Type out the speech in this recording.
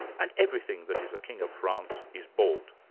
and everything that is a king of france is bald.